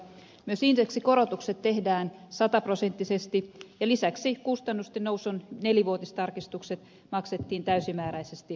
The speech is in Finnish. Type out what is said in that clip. myös indeksikorotukset tehdään sataprosenttisesti ja lisäksi kustannusten nousun nelivuotistarkistukset maksettiin täysimääräisesti ajallaan